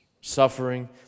suffering